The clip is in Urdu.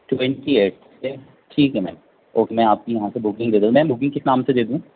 ٹوئنٹی ایٹ ٹھیک ہے میم اوکے میں آپ کی یہاں سے بکنگ دے دوں میم بکنگ کس نام سے دے دوں